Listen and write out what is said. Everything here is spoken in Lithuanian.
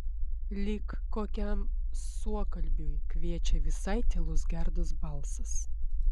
lyg kokiam suokalbiui kviečia visai tylus gerdos balsas